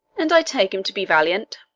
and i take him to be valiant.